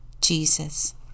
Jesus